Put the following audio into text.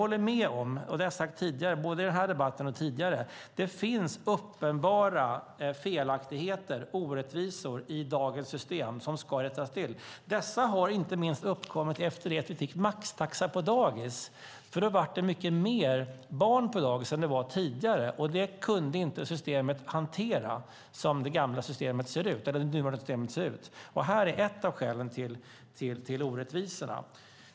Både i den här debatten och tidigare har jag sagt att det finns uppenbara felaktigheter och orättvisor i dagens system som ska rättas till. Dessa uppkom inte minst efter att vi fick maxtaxa på dagis. Då blev det många fler barn på dagis än det varit tidigare, och det kunde inte nuvarande systemet hantera. Det är ett av skälen till orättvisorna.